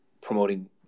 promoting